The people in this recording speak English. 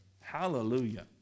Hallelujah